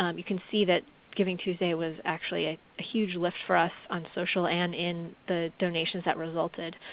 um you can see that givingtuesday was actually a huge lift for us on social and in the donations that resulted.